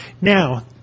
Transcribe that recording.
Now